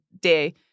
day